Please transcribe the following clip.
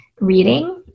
reading